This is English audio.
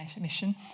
mission